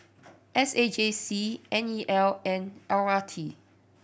S A J C N E L and L R T